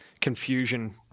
confusion